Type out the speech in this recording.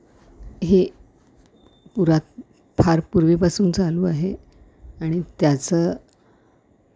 हे पुरातन फार पूर्वीपासून चालू आहे आणि त्याचं